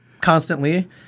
constantly